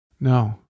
No